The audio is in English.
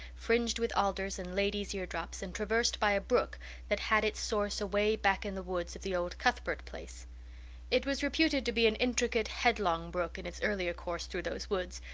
fringed with alders and ladies' eardrops and traversed by a brook that had its source away back in the woods of the old cuthbert place it was reputed to be an intricate, headlong brook in its earlier course through those woods,